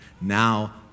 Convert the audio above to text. Now